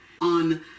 on